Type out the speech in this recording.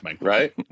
Right